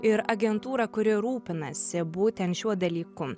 ir agentūrą kuri rūpinasi būtent šiuo dalyku